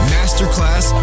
Masterclass